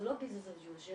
זה לא ביזנס אז יוזו'אל,